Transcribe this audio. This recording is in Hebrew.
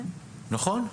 נכון.